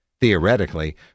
Theoretically